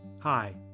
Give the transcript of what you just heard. Hi